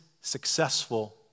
successful